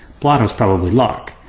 blotto's probably luck.